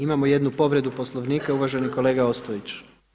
Imamo jednu povredu Poslovnika, uvaženi kolega Ostojić.